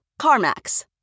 CarMax